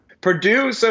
Purdue